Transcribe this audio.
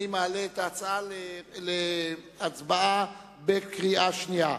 אני מעלה את ההצעה להצבעה בקריאה שנייה.